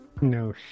No